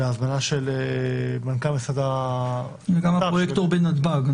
וההזמנה של מנכ"ל משרד הבט"פ -- גם הפרויקטר בנתב"ג.